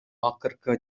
акыркы